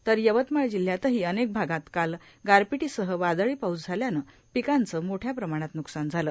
तर यवतमाळ जिल्ह्यातही अनेक भागात काल गारपिटीसह वादळी पाऊस झाल्यानं पिकांचं मोठ्या प्रमाणात नुकसान झालं